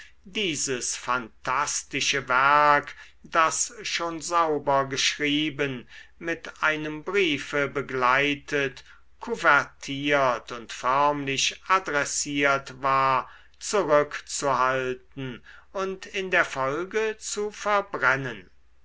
dieses phantastische werk das schon sauber abgeschrieben mit einem briefe begleitet kuvertiert und förmlich adressiert war zurückzuhalten und in der folge zu verbrennen